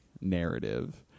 narrative